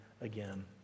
again